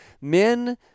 men